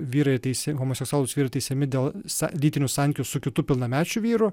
vyrai teisia homoseksualūs vyrai teisiami dėl sa lytinių santykių su kitu pilnamečiu vyru